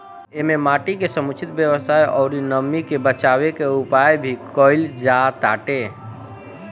एमे माटी के समुचित व्यवस्था अउरी नमी के बाचावे के उपाय भी कईल जाताटे